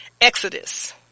Exodus